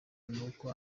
nuko